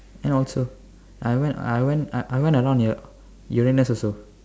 and also I went I went I I went around Ur~ Uranus also